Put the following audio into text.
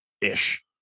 ish